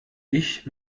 ich